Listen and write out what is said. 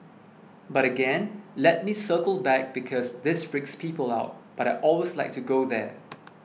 but again let me circle back because this freaks people out but I always like to go there